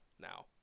now